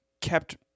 kept